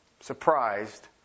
surprised